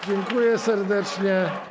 Dziękuję serdecznie.